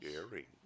Scary